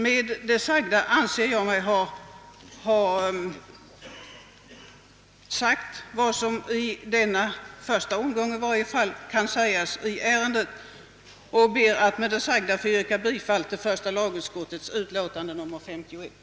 Med det anförda anser jag mig ha sagt vad som — i varje fall i denna första omgång — kan sägas i ärendet och ber att få yrka bifall till första lagutskottets hemställan i dess utlåtande nr 51.